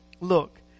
Look